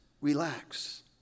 relax